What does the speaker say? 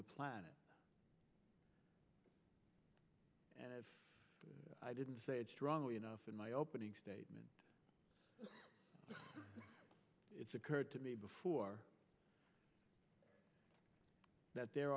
the planet and if i didn't say it strongly enough in my opening statement it's occurred to me before that there